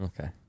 Okay